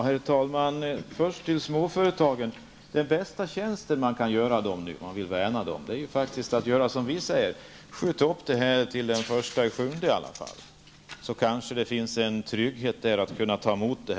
Herr talman! Först något om småföretagen. Om man verkligen vill värna om småföretagen gör man dessa den största tjänsten om man, som vi säger, åtminstone skjuter på detta till den 1 juli. Då kanske vi får en trygghet i detta avseende.